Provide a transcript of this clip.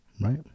right